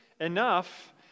enough